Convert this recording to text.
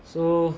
so